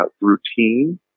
routine